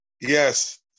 Yes